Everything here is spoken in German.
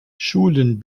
schulen